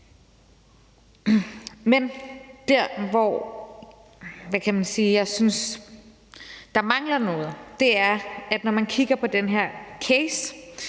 Men der, hvor jeg synes der mangler noget, er, at når man kigger på den her case,